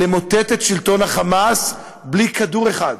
למוטט את שלטון ה"חמאס", בלי כדור אחד,